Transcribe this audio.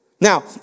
Now